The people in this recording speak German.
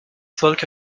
sollte